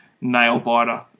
nail-biter